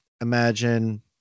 imagine